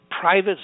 private